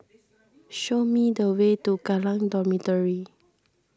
show me the way to Kallang Dormitory